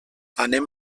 anem